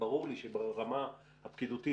ברור לי שברמה הפקידותית,